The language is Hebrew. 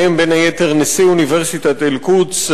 ובהם בין היתר נשיא אוניברסיטת אל-קודס,